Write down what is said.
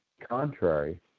contrary